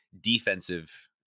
defensive